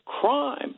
crime